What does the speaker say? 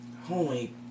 Holy